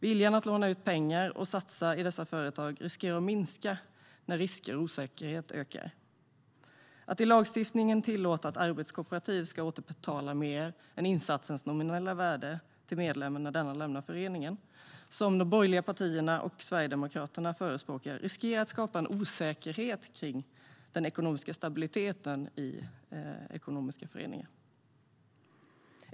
Viljan att låna ut pengar och satsa i dessa företag riskerar att minska när risker och osäkerhet ökar. Att i lagstiftningen tillåta att arbetskooperativ kan återbetala mer än insatsens nominella värde till medlemmen när denna lämnar föreningen, som de borgerliga partierna och Sverigedemokraterna förespråkar, riskerar att skapa en osäkerhet kring den ekonomiska stabiliteten i ekonomiska föreningar.